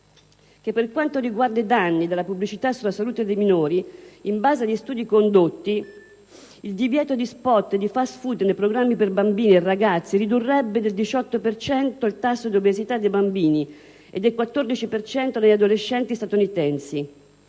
che, per quanto riguarda i danni della pubblicità sulla salute dei minori, in base agli studi condotti, il divieto di *spot* di *fast food* nei programmi per bambini e ragazzi ridurrebbe del 18 per cento il tasso di obesità dei bambini e del 14 per cento degli adolescenti statunitensi.